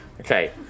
Okay